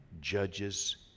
judges